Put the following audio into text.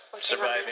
surviving